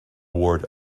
ward